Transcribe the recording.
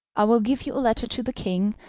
i will give you a letter to the king,